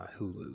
Hulu